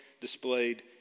displayed